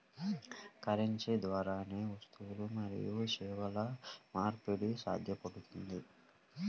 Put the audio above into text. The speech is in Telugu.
కరెన్సీ ద్వారానే వస్తువులు మరియు సేవల మార్పిడి సాధ్యపడుతుంది